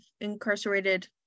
incarcerated